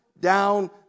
down